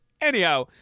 Anyhow